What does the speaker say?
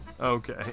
Okay